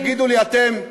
תגידו לי אתם,